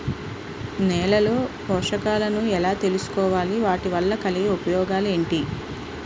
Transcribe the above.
నేలలో పోషకాలను ఎలా తెలుసుకోవాలి? వాటి వల్ల కలిగే ప్రయోజనాలు ఏంటి?